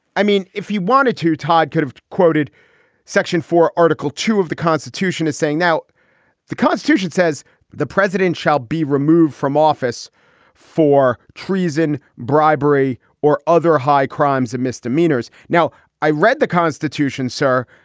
i mean if you wanted to todd could have quoted section four article two of the constitution is saying now the constitution says the president shall be removed from office for treason bribery or other high crimes and misdemeanors. now i read the constitution sir.